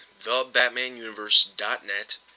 thebatmanuniverse.net